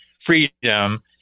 freedom